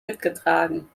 mitgetragen